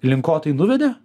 link ko tai nuvedė